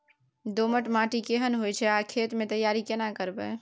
दोमट माटी केहन होय छै आर खेत के तैयारी केना करबै?